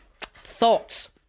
Thoughts